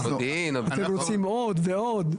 אתם רוצים עוד ועוד?